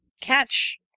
catch